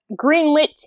greenlit